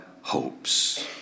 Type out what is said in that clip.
hopes